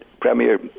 Premier